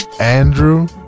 Andrew